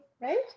right